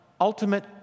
ultimate